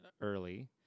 early